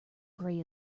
grey